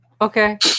Okay